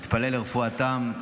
נתפלל לרפואתם.